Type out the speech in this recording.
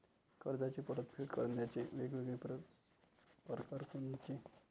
कर्जाची परतफेड करण्याचे वेगवेगळ परकार कोनचे?